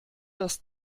das